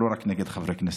לא רק נגד חברי כנסת.